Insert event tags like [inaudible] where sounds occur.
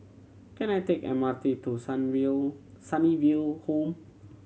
can I take M R T to [unintelligible] Sunnyville Home